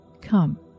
come